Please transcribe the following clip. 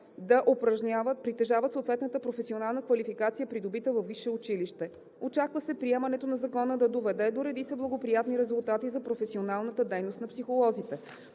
да притежават съответната професионална квалификация, придобита във висше училище. Очаква се приемането на Закона да доведе до редица благоприятни резултати за професионалната дейност на психолозите.